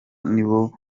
nibo